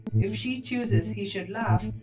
if she chooses he should laugh,